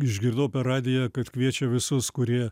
išgirdau per radiją kad kviečia visus kurie